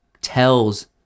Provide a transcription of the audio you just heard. tells